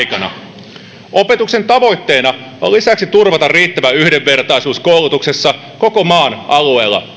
aikana opetuksen tavoitteena on lisäksi turvata riittävä yhdenvertaisuus koulutuksessa koko maan alueella